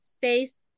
faced